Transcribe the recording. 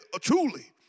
truly